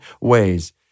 ways